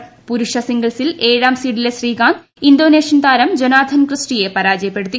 രണ്ടു പുരുഷ സിംഗിൾസിൽ ഏഴാം സീഡിലെ ശ്രീകാന്ത് ഇന്തോനേഷ്യൻ താരം ജോനാഥൻ ക്രിസ്റ്റിയെ പരാജയപ്പെടുത്തി